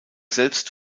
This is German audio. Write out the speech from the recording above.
selbst